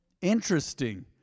Interesting